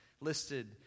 listed